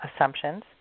assumptions